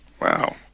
wow